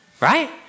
right